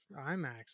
imax